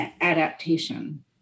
adaptation